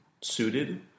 suited